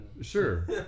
Sure